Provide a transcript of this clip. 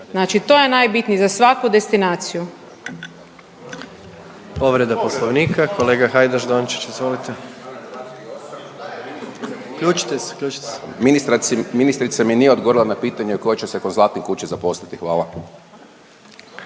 znači to je najbitnije za svaku destinaciju.